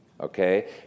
Okay